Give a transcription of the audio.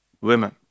women